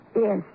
Yes